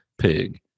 pig